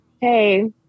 hey